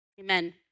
Amen